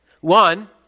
One